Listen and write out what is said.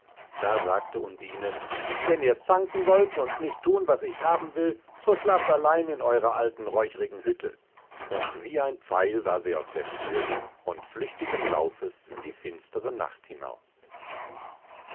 da sagte undine wenn ihr zanken wollt und nicht tun was ich haben will so schlaft allein in eurer alten räuchrigen hütte und wie ein pfeil war sie aus der tür und flüchtigen laufes in die finstere nacht hinaus